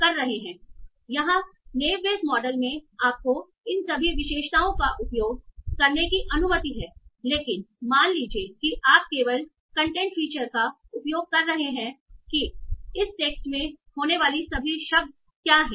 संदर्भ समय0800 यहां नेव बेयस मॉडल में आपको इन सभी विशेषताओं का उपयोग करने की अनुमति है लेकिन मान लीजिए कि आप केवल कंटेंट फीचर का उपयोग कर रहे हैं कि इस टेक्स्ट में होने वाले सभी शब्द क्या हैं